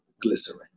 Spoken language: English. Glycerin